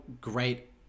great